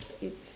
it's